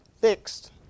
fixed